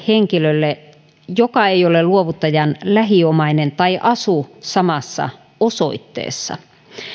henkilölle joka ei ole luovuttajan lähiomainen tai asu samassa osoitteessa